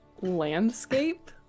Landscape